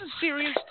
serious